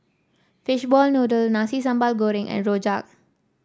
Fishball Noodle Nasi Sambal Goreng and rojak